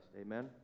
Amen